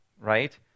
right